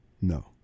No